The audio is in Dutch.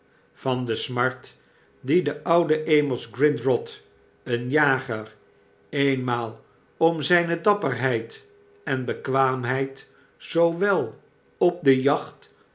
van de smart die de oude amos grindrod een jager eenmaal om zijne dapperheid en bekwaamheid zoowel op de jacht